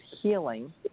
healing